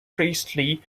priestley